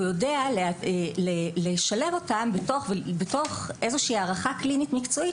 הוא יודע לשלב בתוך הערכה קלינית מקצועית